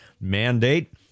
mandate